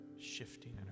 shifting